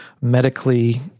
medically